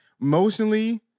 emotionally